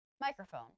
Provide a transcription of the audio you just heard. microphone